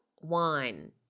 Wine